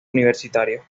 universitario